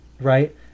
right